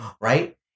Right